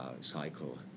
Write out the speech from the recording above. cycle